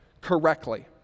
correctly